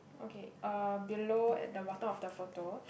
okay uh below at the bottom of the photo